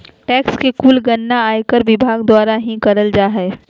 tax के कुल गणना आयकर विभाग द्वारा ही करल जा हय